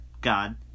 God